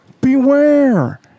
beware